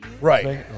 Right